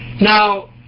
Now